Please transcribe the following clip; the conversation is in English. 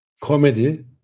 comedy